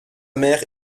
mère